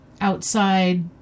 outside